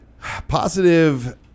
Positive